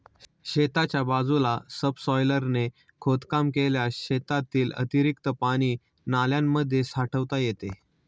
शेताच्या बाजूला सबसॉयलरने खोदकाम केल्यास शेतातील अतिरिक्त पाणी नाल्यांमध्ये साठवता येते